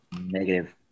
negative